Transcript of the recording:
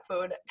food